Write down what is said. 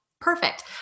perfect